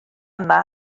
yma